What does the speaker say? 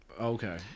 Okay